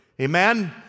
Amen